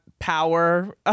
power